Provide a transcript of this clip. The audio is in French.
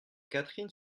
catherine